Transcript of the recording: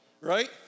right